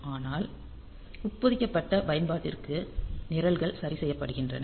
ஆனால் உட்பொதிக்கப்பட்ட பயன்பாட்டிற்கு நிரல்கள் சரி செய்யப்படுகின்றன